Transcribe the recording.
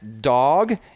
dog